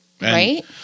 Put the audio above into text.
Right